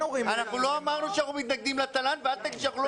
אנחנו לא אמרנו שאנחנו מתנגדים לתל"ן ואל תגיד שאנחנו לא